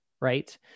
right